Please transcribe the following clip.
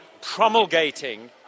promulgating